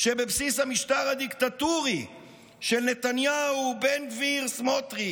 שבבסיס המשטר הדיקטטורי של נתניהו בן גביר סמוטריץ'